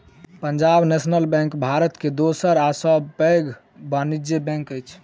Punjab national bank Bharat के दोसर सब सॅ पैघ वाणिज्य बैंक अछि